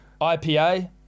IPA